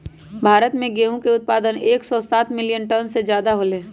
भारत में गेहूं के उत्पादन एकसौ सात मिलियन टन से ज्यादा होलय है